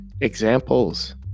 examples